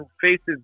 faces